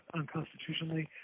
unconstitutionally